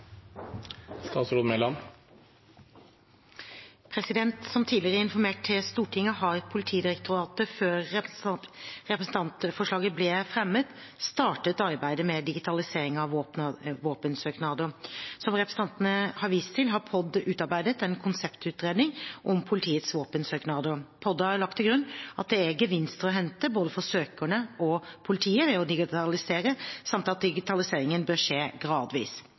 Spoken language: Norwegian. Som tidligere informert til Stortinget har Politidirektoratet før representantforslaget ble fremmet, startet arbeidet med digitalisering av våpensøknader. Som representantene har vist til, har POD utarbeidet en konseptutredning om politiets våpensøknader. POD har lagt til grunn at det er gevinster å hente både for søkerne og for politiet ved å digitalisere, samt at digitaliseringen bør skje gradvis.